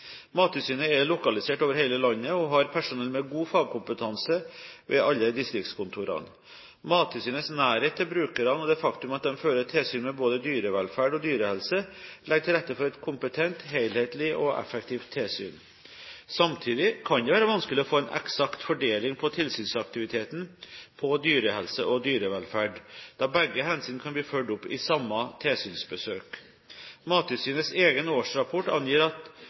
Mattilsynet er lokalisert over hele landet og har personell med god fagkompetanse ved alle distriktskontorene. Mattilsynets nærhet til brukerne og det faktum at de fører tilsyn med både dyrevelferd og dyrehelse, legger til rette for et kompetent, helhetlig og effektivt tilsyn. Samtidig kan det være vanskelig å få en eksakt fordeling på tilsynsaktiviteten når det gjelder dyrehelse og dyrevelferd, da begge hensyn kan bli fulgt opp i samme tilsynsbesøk. Mattilsynets egen årsrapport angir at